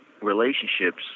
relationships